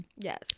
Yes